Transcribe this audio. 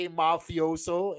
mafioso